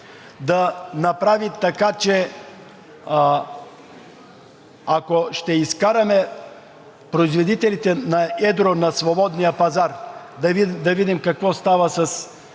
да направи така, че ако ще изкараме производителите на едро на свободния пазар, да видим какво става с